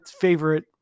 favorite